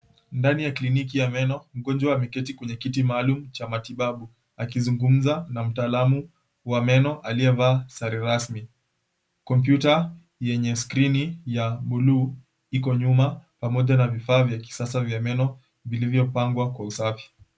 Ndani ya kliniki ya meno, mgonjwa ameketi kwenye kiti maalum cha matibabu akizungumza na mtaalamu wa meno aliyevaa sare rasmi. Kompyuta yenye skrini ya buluu iko nyuma pamoja na vifaa vya kisasa vya meno vilivyopangwa kwa usafi.